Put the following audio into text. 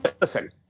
listen